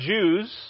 Jews